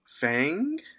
Fang